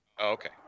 Okay